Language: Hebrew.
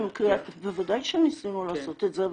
בוודאי שניסינו לעשות את זה,